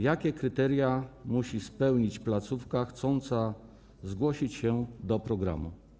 Jakie kryteria musi spełnić placówka chcąca zgłosić się do programu?